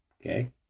Okay